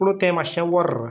पुणू तें मातशें वर्र